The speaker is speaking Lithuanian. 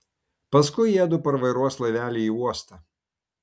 paskui jiedu parvairuos laivelį į uostą